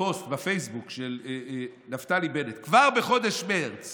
פוסט בפייסבוק של נפתלי בנט: "כבר בחודש מרץ